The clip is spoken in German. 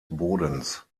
bodens